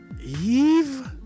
Eve